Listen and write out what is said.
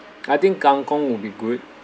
I think kangkong will be good